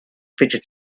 fidget